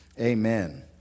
Amen